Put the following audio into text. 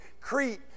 Crete